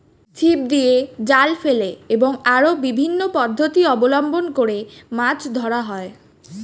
ছিপ দিয়ে, জাল ফেলে এবং আরো বিভিন্ন পদ্ধতি অবলম্বন করে মাছ ধরা হয়